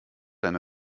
eine